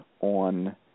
on